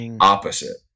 opposite